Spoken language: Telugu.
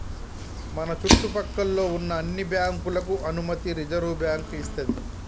మన చుట్టు పక్కల్లో ఉన్న అన్ని బ్యాంకులకు అనుమతి రిజర్వుబ్యాంకు ఇస్తది